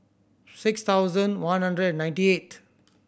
six thousand one hundred and ninety eight